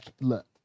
look